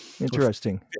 Interesting